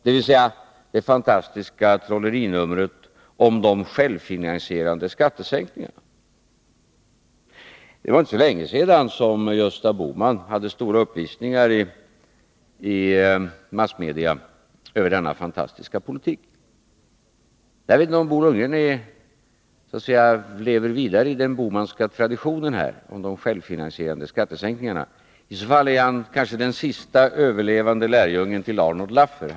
Detta kan betecknas som det fantastiska trollerinumret med de självfinansierande skattesänkningarna. Det var inte så länge sedan som Gösta Bohman hade stora uppvisningar i massmedia om denna fantastiska politik. Jag vet inte heller om Bo Lundgren lever vidare i den Bohmanska traditionen när det gäller de självfinansierande skattesänkningarna. I så fall är han den kanske siste överlevande lärjungen till Arnold Laffer.